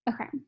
Okay